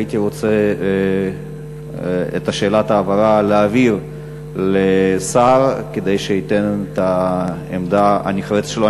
הייתי רוצה את שאלת ההבהרה להעביר לשר כדי שייתן את העמדה הנחרצת שלו.